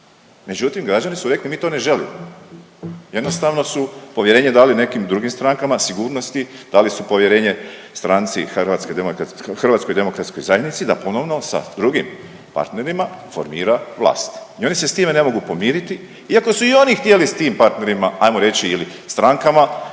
Međutim, građani su rekli mi to ne želimo jednostavno su povjerenje dali nekim drugim strankama sigurnosti, dali su povjerenje stranci HDZ da ponovno sa drugim partnerima formira vlast i oni se s time ne mogu pomiriti iako su i oni htjeli s tim partnerima, ajmo reći ili strankama